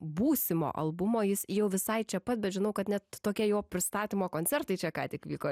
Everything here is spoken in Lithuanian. būsimo albumo jis jau visai čia pat bet žinau kad net tokie jo pristatymo koncertai čia ką tik vyko